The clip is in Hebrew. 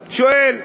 שואל.